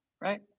right